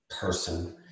person